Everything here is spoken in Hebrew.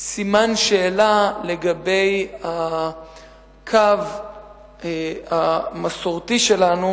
סימן שאלה לגבי הקו המסורתי שלנו,